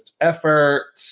effort